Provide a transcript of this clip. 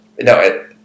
No